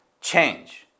change